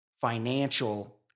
financial